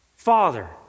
Father